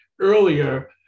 earlier